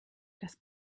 das